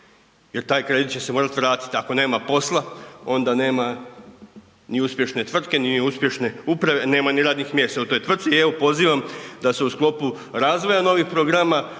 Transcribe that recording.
jer taj kredit će se morat vratit, ako nema posla onda nema ni uspješne tvrtke, ni uspješne uprave, nema ni radnih mjesta u toj tvrtci. Evo pozivam da se u sklopu razvoja novih programa osmisle